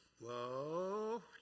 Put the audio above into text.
Whoa